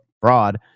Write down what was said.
fraud